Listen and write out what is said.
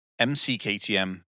MCKTM